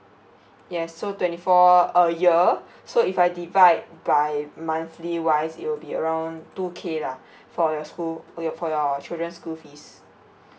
yes so twenty four a year so if I divide by monthly wise it will be around two K lah for your school for your for your children school fees